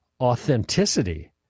authenticity